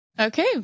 Okay